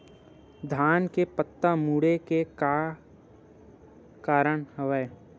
धान के पत्ता मुड़े के का कारण हवय?